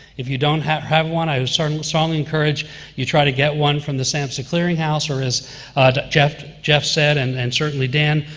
if you don't have have one, i would strongly encourage you try to get one from the samhsa clearinghouse or, as jeff jeff said and and certainly dan,